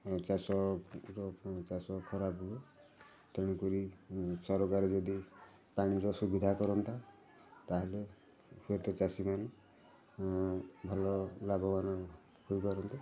ଚାଷ ର ଚାଷ ଖରାପ ହୁଏ ତେଣୁକରି ସରକାର ଯଦି ପାଣିର ସୁବିଧା କରନ୍ତା ତା'ହେଲେ ହୁଏତ ଚାଷୀମାନେ ଭଲ ଲାଭବାନ ହୋଇପାରନ୍ତେ